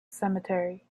cemetery